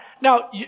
Now